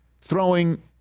throwing